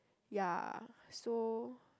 ya so